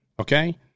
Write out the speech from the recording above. Okay